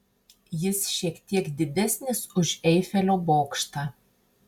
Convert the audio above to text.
jis šiek tiek didesnis už eifelio bokštą